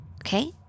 Okay